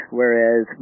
whereas